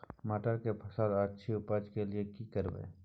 मटर के फसल अछि उपज के लिये की करबै?